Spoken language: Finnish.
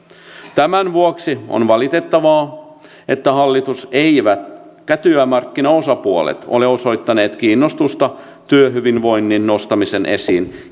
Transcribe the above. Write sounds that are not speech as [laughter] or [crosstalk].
tämän vuoksi on valitettavaa ettei hallitus eivätkä työmarkkinaosapuolet ole osoittaneet kiinnostusta työhyvinvoinnin esiin [unintelligible]